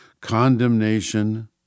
condemnation